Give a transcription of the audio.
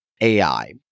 AI